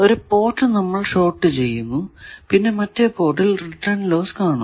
ഒരു പോർട്ട് നമ്മൾ ഷോർട് ചെയ്യുന്നു പിന്നെ മറ്റേ പോർട്ടിൽ റിട്ടേൺ ലോസ് കാണുന്നു